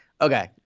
Okay